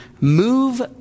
move